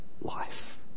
Life